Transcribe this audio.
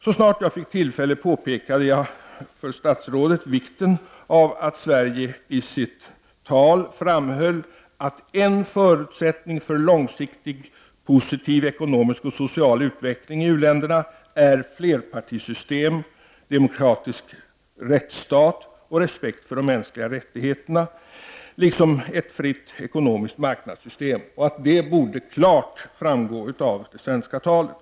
Så snart jag fick tillfälle påpekade jag för statsrådet vikten av att den svenska representanten i sitt tal framhöll att en förutsättning för en långsiktig och positiv ekonomisk och social utveckling i u-länderna är flerpartisystem, en demokratisk rättsstat, respekt för de mänskliga rättigheterna och ett fritt ekonomiskt marknadssystem. Det borde klart framgå av det svenska talet.